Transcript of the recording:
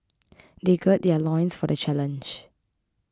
they gird their loins for the challenge